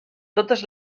totes